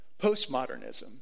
postmodernism